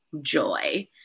joy